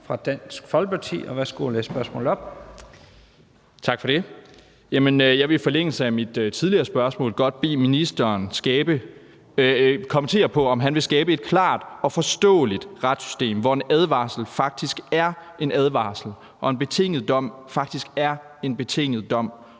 spørgsmålet op. Kl. 14:20 Mikkel Bjørn (DF): Tak for det. Jeg vil i forlængelse af mit tidligere spørgsmål godt bede ministeren kommentere på, om han vil skabe et klart og forståeligt retssystem, hvor en advarsel faktisk er en advarsel, og en betinget dom faktisk er en betinget dom,